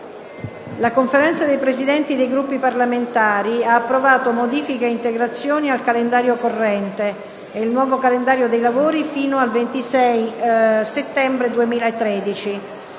La Conferenza dei Presidenti dei Gruppi parlamentari ha approvato modifiche e integrazioni al calendario corrente e il nuovo calendario dei lavori fino al 26 settembre 2013.